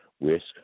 risk